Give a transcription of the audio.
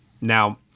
Now